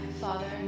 Father